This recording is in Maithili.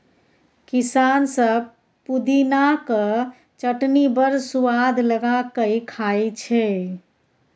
किसान सब पुदिनाक चटनी बड़ सुआद लगा कए खाइ छै